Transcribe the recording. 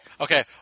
Okay